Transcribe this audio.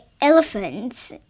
elephants